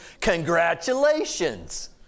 Congratulations